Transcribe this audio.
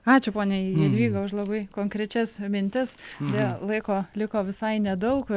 ačiū ponia jadvyga už labai konkrečias mintis dėl laiko liko visai nedaug